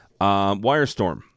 Wirestorm